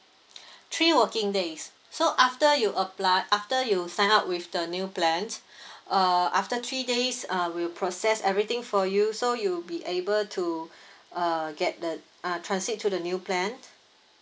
three working days so after you apply after you sign up with the new plan uh after three days uh we'll process everything for you so you'll be able to uh get the uh transit to the new plan